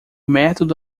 método